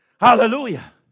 Hallelujah